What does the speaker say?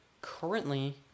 Currently